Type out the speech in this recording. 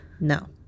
no